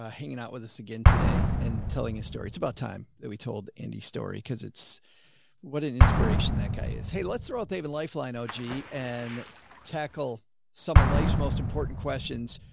ah hanging out with us again today and telling a story. it's about time that we told andy story cause it's what an inspiration that guy is. hey, let's throw out david lifeline oji and tackle some of life's most important questions.